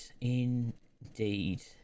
Indeed